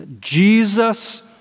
Jesus